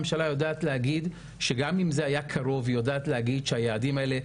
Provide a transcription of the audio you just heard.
הממשלה יודעת להגיד שהיא מכילה את היעדים האלה.